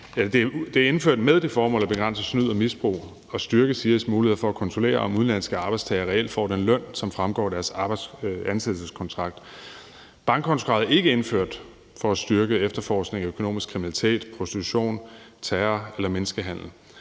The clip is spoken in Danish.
erhvervsordninger med det formål at begrænse snyd og misbrug og at styrke SIRis muligheder for at kontrollere, om udenlandske arbejdstagere reelt får den løn, som fremgår af deres ansættelseskontrakt. Bankkontokravet er ikke indført for at styrke efterforskningen af økonomisk kriminalitet, prostitution, terror eller menneskehandel.